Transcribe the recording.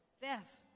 Beth